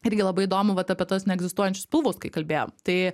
irgi labai įdomu vat apie tas neegzistuojančius pilvus kai kalbėjom tai